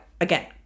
again